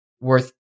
worth